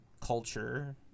culture